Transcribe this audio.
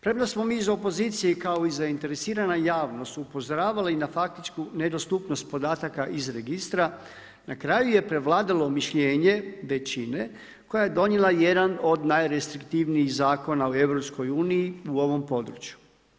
Premda smo mi iz opozicije, kao i zainteresirana javnost upozoravali na faktičku nedostupnost podataka iz registra, na kraju je prevladalo mišljenje većine koja je donijela jedan od najrestriktivnijih zakona u EU u ovom području.